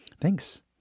Thanks